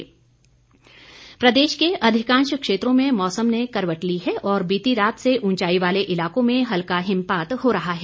मौसम प्रदेश के अधिकांश क्षेत्रों में मौसम ने करवट ली है और बीती रात से उंचाई वाले इलाकों में हल्का हिमपात हो रहा है